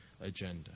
agenda